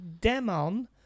demon